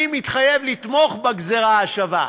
אני מתחייב לתמוך בגזירה השווה,